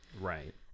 Right